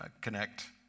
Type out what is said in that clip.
Connect